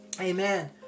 Amen